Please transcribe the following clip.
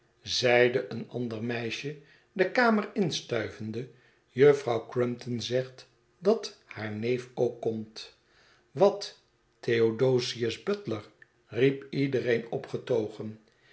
een ander meisje de kamer instuivende juffrouw crumpton zegt dat haar neef ook komt wat theodosius butler riep iedereen